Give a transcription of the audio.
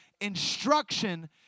instruction